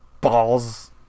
balls